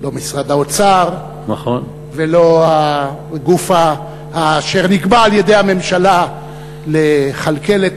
לא משרד האוצר ולא הגוף אשר נקבע על-ידי הממשלה לכלכל את